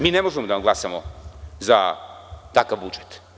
Mi ne možemo da vam glasamo za takav budžet.